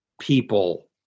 people